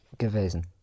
gewesen